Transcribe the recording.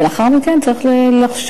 ולאחר מכן צריך לחשוב,